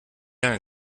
lange